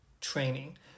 training